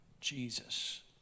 Jesus